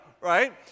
right